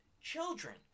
children